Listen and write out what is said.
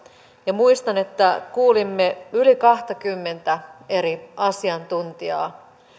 ja muistan että kuulimme yli kahtakymmentä eri asiantuntijaa